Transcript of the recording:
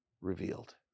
revealed